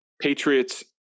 Patriots